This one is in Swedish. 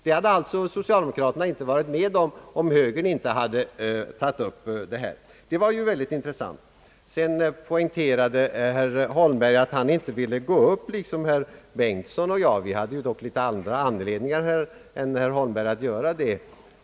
Herr Holmberg poängterade att han inte ville gå upp i debatten bland gruppledarna liksom herr Bengtson och jag gjorde. Vi hade dock litet andra anledningar än herr Holmberg att göra det.